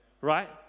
right